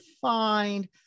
find